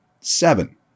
Seven